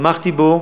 תמכתי בו